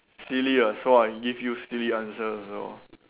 silly ah so I give you silly answers as well